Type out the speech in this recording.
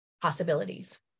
possibilities